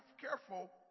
careful